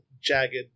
jagged